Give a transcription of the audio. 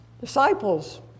disciples